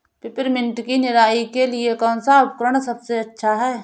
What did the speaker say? Peppermint की निराई के लिए कौन सा उपकरण सबसे अच्छा है?